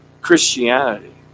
Christianity